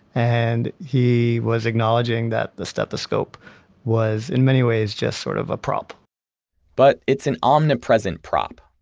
and he was acknowledging that the stethoscope was in many ways just sort of a prop but it's an omnipresent prop.